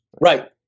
right